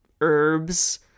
herbs